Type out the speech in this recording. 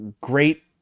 great